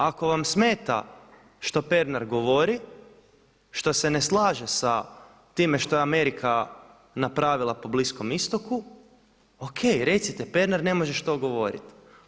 Ako vam smeta što Pernar govori, što se ne slaže sa time što je Amerika napravila po Bliskom istoku o.k., recite Pernar ne možeš to govoriti.